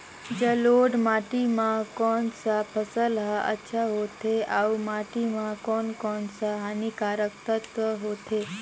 जलोढ़ माटी मां कोन सा फसल ह अच्छा होथे अउर माटी म कोन कोन स हानिकारक तत्व होथे?